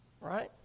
Right